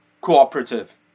cooperative